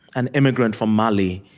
an immigrant from mali,